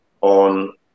on